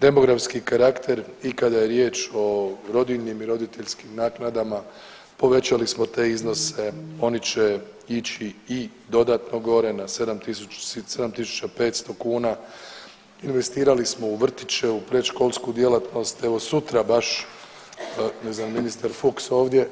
Demografski karakter i kada je riječ o rodiljnim i roditeljskim naknadama, povećali smo te iznose, oni će ići i dodatno gore na 7.500 kuna, investirali smo u vrtiće u predškolsku djelatnost, evo sutra baš ne znam jel ministar Fuchs ovdje,